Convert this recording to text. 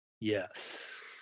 Yes